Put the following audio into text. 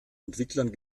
entwicklern